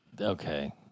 okay